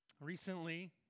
Recently